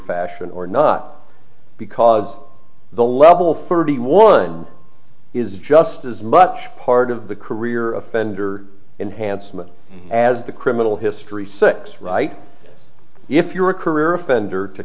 fashion or not because the level thirty one is just as much part of the career of bender in hand as the criminal history six right if you were a career offender to